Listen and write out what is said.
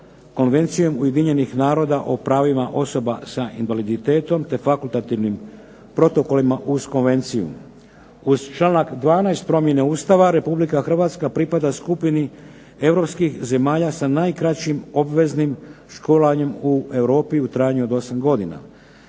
Konvencijom Ujedinjenih naroda o pravima osoba s invaliditetom te fakultativnim protokolima uz konvenciju. Uz članak 12. Promjene Ustava Republika Hrvatska pripada skupini europskih zemalja sa najkraćim obveznim školovanjem u Europi u trajanju od 8 godina.